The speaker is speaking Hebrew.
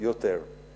יותר.